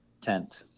tent